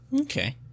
okay